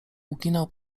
uginał